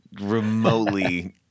remotely